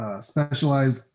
specialized